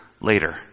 later